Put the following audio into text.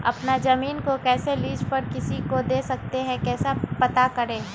अपना जमीन को कैसे लीज पर किसी को दे सकते है कैसे पता करें?